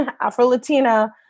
Afro-Latina